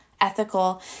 ethical